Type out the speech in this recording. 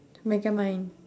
megamind